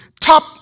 top